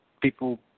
people